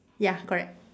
ya correct